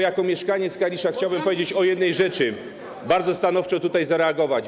Jako mieszkaniec Kalisza chciałbym powiedzieć o jednej rzeczy, bardzo stanowczo tutaj zareagować.